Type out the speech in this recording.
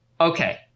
Okay